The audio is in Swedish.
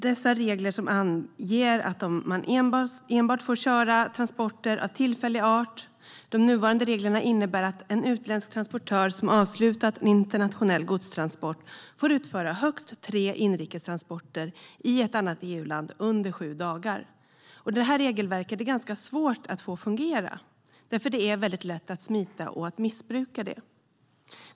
Nuvarande regler anger att man får köra enbart transporter av tillfällig art och innebär att en utländsk transportör som avslutat en internationell godstransport får utföra högst tre inrikes transporter i ett annat EU-land under sju dagar. Detta regelverk är ganska svårt att få att fungera därför att det är ganska lätt att smita från det och missbruka det.